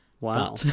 Wow